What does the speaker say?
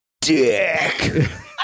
Dick